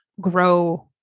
grow